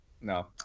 No